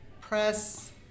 Press